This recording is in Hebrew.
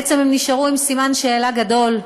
הם נשארו עם סימן שאלה גדול,